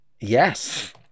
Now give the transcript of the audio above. Yes